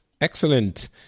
Excellent